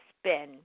spin